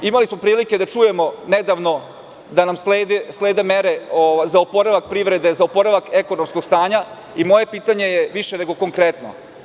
Imali smo prilike da nedavno čujemo da nam slede mere za oporavak privrede, za oporavak ekonomskog stanja i moje pitanje je više nego konkretno.